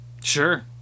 Sure